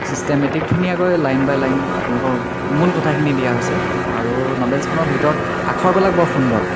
systematic ধুনীয়াকৈ line by line আপোনালোকৰ মূল কথাখিনি দিয়া হৈছে আৰু নভেলচ্খনৰ ভিতৰত আখৰবিলাক বৰ সুন্দৰ